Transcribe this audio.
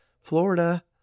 Florida